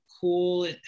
cool